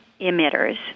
emitters